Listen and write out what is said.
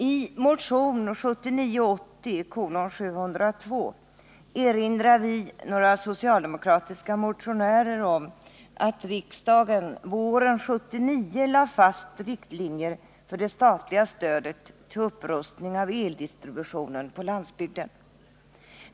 I motion 1979/80:702 erinrar vi, några socialdemokratiska motionärer, om att riksdagen våren 1979 lade fast riktlinjer för det statliga stödet till upprustning av eldistributionen på landsbygden.